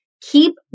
keep